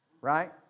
right